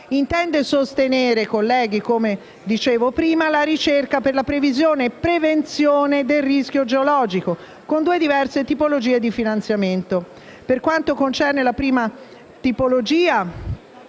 intende sostenere - come dicevo prima - la ricerca per la previsione e prevenzione del rischio idrogeologico, con due diverse tipologie di finanziamento. Per quanto concerne la prima tipologia,